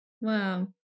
Wow